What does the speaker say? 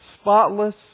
spotless